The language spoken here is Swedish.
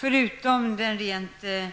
Förutom den rent